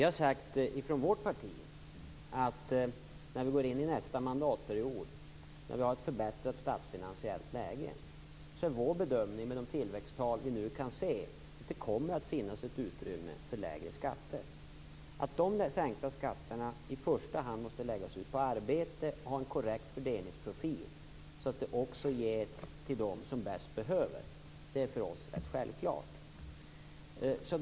Herr talman! När vi går in i nästa mandatperiod och har ett förbättrat statsfinansiellt läge är det mitt partis bedömning, med de tillväxttal vi nu kan se, att det kommer att finnas ett utrymme för lägre skatter. Att de sänkta skatterna i första hand måste läggas ut på arbete och ha en korrekt fördelningsprofil, så att det också ges till dem som bäst behöver, är för oss rätt självklart.